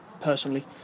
personally